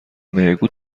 میگو